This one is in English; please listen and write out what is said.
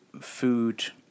food